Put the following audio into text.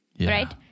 right